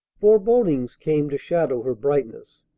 forebodings came to shadow her brightness.